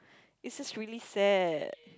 it's just really sad